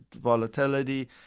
volatility